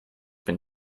been